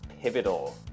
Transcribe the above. pivotal